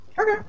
Okay